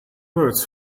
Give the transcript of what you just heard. words